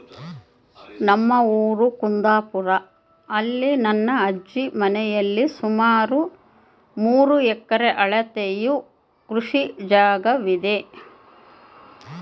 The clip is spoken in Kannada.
ನಮ್ಮ ಊರು ಕುಂದಾಪುರ, ಅಲ್ಲಿ ನನ್ನ ಅಜ್ಜಿ ಮನೆಯಲ್ಲಿ ಸುಮಾರು ಮೂರು ಎಕರೆ ಅಳತೆಯ ಕೃಷಿ ಜಾಗವಿದೆ